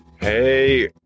hey